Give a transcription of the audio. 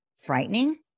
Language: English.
frightening